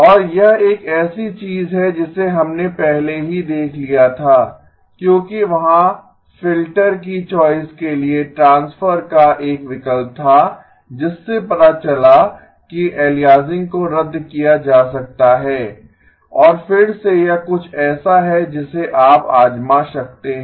और यह एक ऐसी चीज है जिसे हमने पहले ही देख लिया था क्योंकि वहाँ फिल्टर की चॉइस के लिए ट्रांसफर का एक विकल्प था जिससे पता चला कि एलियासिंग को रद्द किया जा सकता है और फिर से यह कुछ ऐसा है जिसे आप आज़मा सकते हैं